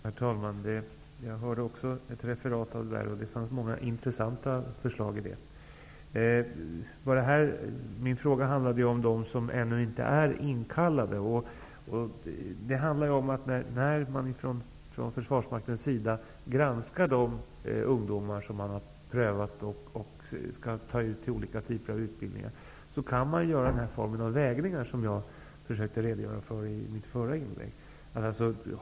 Herr talman! Jag hörde också ett referat, och det fanns många intressanta förslag. Min fråga handlade om dem som ännu inte är inkallade. När man från försvarsmaktens sida granskar de ungdomar som man har prövat och som man skall ta ut till olika typer av utbildningar skulle man kunna göra den form av vägningar som jag försökte redogöra för i mitt förra inlägg.